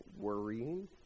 worrying